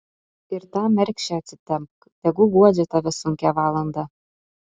ir tą mergšę atsitempk tegu guodžia tave sunkią valandą